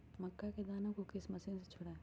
मक्का के दानो को किस मशीन से छुड़ाए?